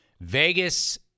Vegas